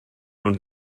und